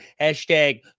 hashtag